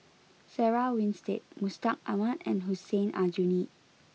Sarah Winstedt Mustaq Ahmad and Hussein Aljunied